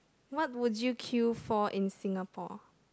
what would you queue for in Singapore